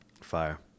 fire